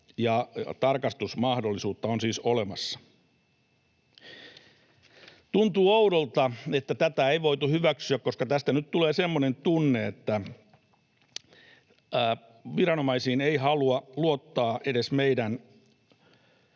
ja tarkastusmahdollisuutta on siis olemassa. Tuntuu oudolta, että tätä ei voitu hyväksyä, koska tästä nyt tulee semmoinen tunne, että viranomaisiin eivät halua luottaa edes meidän